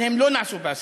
אבל הם לא נעשו בהסכמה.